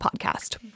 podcast